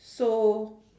so